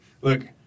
Look